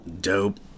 dope